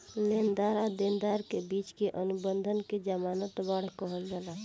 लेनदार आ देनदार के बिच के अनुबंध के ज़मानत बांड कहल जाला